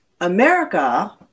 America